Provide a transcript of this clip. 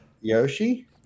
Yoshi